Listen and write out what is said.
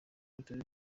bitari